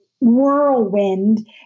whirlwind